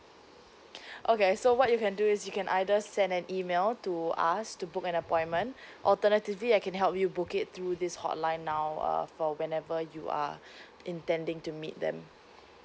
okay so what you can do is you can either send an email to us to book an appointment alternatively I can help you book it through this hotline now uh for whenever you are intending to meet them